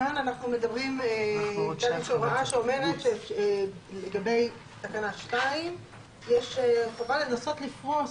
כאן יש הוראה שאומרת שלגבי תקנה 2 יש חובה לנסות לפרוס,